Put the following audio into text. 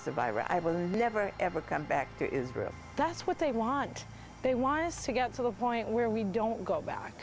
you never ever come back to israel that's what they want they want us to get to the point where we don't go back